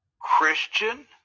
Christian